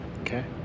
Okay